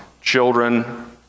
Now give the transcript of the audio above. children